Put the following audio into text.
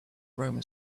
roman